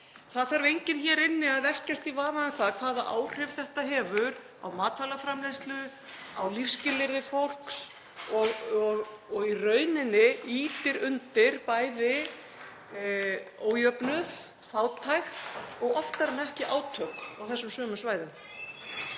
Það þarf enginn hér inni að velkjast í vafa um hvaða áhrif þetta hefur á matvælaframleiðslu, á lífsskilyrði fólks og í rauninni ýtir undir bæði ójöfnuð, fátækt og oftar en ekki átök á þessum sömu svæðum.